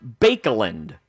Bakeland